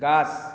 গাছ